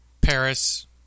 Paris